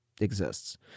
exists